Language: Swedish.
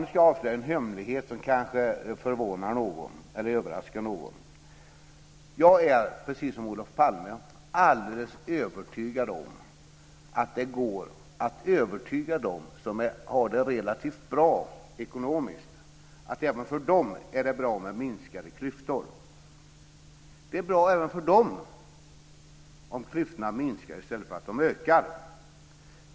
Nu ska jag avslöja en hemlighet som kanske överraskar någon. Jag är, precis som Olof Palme, alldeles övertygad om att det går att övertyga dem som har det relativt bra ekonomiskt att det även för dem är bra med minskade klyftor. Det är bra även för dem om klyftorna minskar i stället för att de ökar.